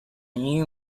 new